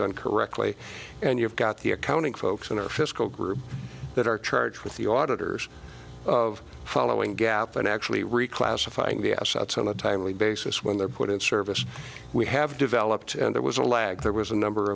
done correctly and you've got the accounting folks in our fiscal group that are charged with the auditor's of following gap and actually reclassifying the assets on a timely basis when they're put in service we have developed and there was a lag there was a number